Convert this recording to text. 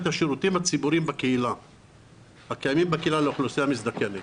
השירותים הציבוריים הקיימים בקהילה לאוכלוסייה מזדקנת.